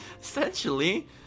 Essentially